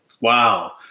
Wow